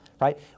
right